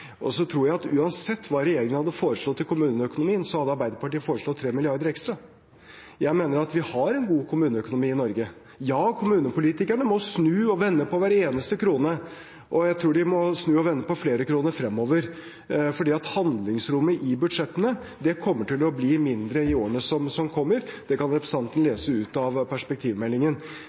tror at uansett hva regjeringen hadde foreslått i kommuneøkonomien, hadde Arbeiderpartiet foreslått 3 mrd. kr ekstra. Jeg mener vi har en god kommuneøkonomi i Norge. Ja, kommunepolitikerne må snu og vende på hver eneste krone, og jeg tror de må snu og vende på flere kroner fremover, for handlingsrommet i budsjettene kommer til å bli mindre i årene som kommer. Det kan representanten lese ut av perspektivmeldingen.